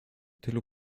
tylu